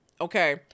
okay